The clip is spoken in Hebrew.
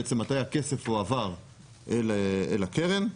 בעצם מתי הכסף הועבר אל הקרן.